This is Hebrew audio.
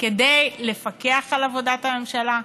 כדי לפקח על עבודת הממשלה?